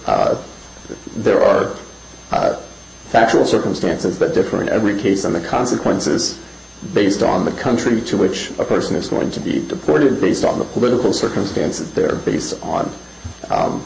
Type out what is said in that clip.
r there are factual circumstances but different every case and the consequences based on the country to which a person is going to be deported based on the political circumstances they're based on